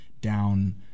down